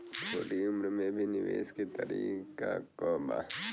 छोटी उम्र में भी निवेश के तरीका क बा?